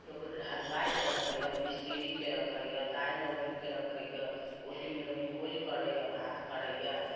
लोक हलुवाइके रखैए एकटा मिस्तिरीके रखैए दाय नौरिनके रखैए ओहिमे लोक भोज करैए भात करैए